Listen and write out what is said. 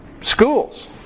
Schools